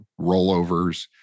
rollovers